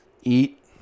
Eat